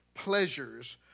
pleasures